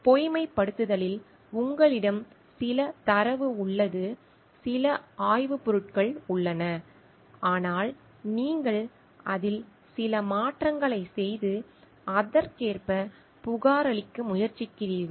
பொய்மைப்படுத்தலில் உங்களிடம் சில தரவு உள்ளது சில ஆய்வுப் பொருட்கள் உள்ளன ஆனால் நீங்கள் அதில் சில மாற்றங்களைச் செய்து அதற்கேற்ப புகாரளிக்க முயற்சிக்கிறீர்கள்